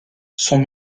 sont